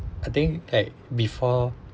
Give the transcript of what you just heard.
I think like before